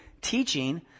teaching